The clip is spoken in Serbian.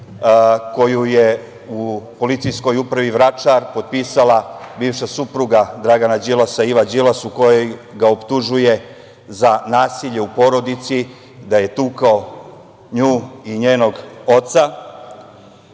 koju je u PU Vračar potpisala bivša supruga Dragana Đilasa, Iva Đilas, u kojoj ga optužuje za nasilje u porodici, da je tukao nju i njenog oca. Oni